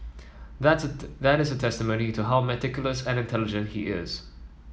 that's that is a testimony to how meticulous and intelligent he is